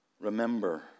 remember